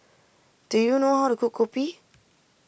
do you know how to cook Kopi